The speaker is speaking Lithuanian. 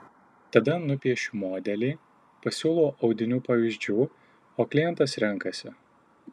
tada nupiešiu modelį pasiūlau audinių pavyzdžių o klientas renkasi